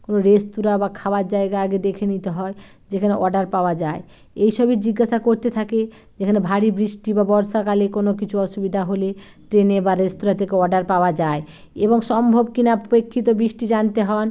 কোনো রেস্তোরাঁ বা খাবার জায়গা আগে দেখে নিতে হয় যেখানে অডার পাওয়া যায় এই সবই জিজ্ঞাসা করতে থাকে যেখানে ভারী বৃষ্টি বা বর্ষাকালে কোনো কিচু অসুবিধা হলে ট্রেনে বা রেস্তোরাঁ থেকে অর্ডার পাওয়া যায় এবং সম্ভব কি না প্রেক্ষিত বৃষ্টি জানতে হন